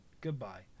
Goodbye